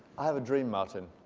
i have a dream martin.